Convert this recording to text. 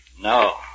No